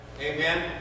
Amen